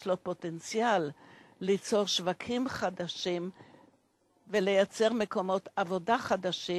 יש לה פוטנציאל לייצר שווקים חדשים ולייצר מקומות עבודה חדשים,